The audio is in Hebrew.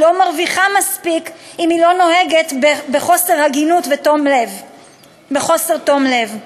לא מרוויחה מספיק אם היא לא נוהגת בחוסר תום לב?